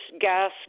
gas